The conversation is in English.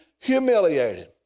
humiliated